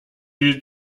die